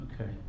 Okay